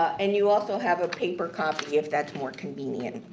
and you also have a paper copy of that to more convenient.